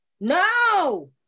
No